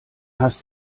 hast